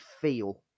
feel